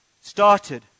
started